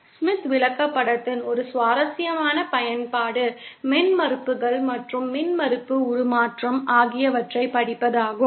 Smith விளக்கப்படத்தின் ஒரு சுவாரஸ்யமான பயன்பாடு மின்மறுப்புகள் மற்றும் மின்மறுப்பு உருமாற்றம் ஆகியவற்றைப் படிப்பதாகும்